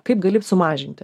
kaip gali sumažinti